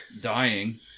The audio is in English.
dying